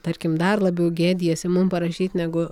tarkim dar labiau gėdijasi mum parašyti negu